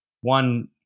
one